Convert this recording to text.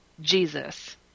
Jesus